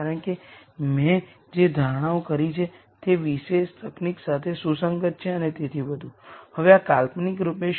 તો ચાલો આ બધા કેવી રીતે કાર્ય કરે છે તે સમજવા માટે એક સરળ ઉદાહરણ લઈએ